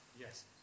Yes